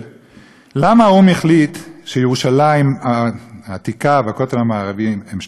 למה האו"ם החליט שירושלים העתיקה והכותל המערבי הם שטחים כבושים?